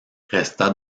resta